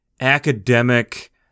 academic